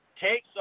takes